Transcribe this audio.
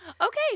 Okay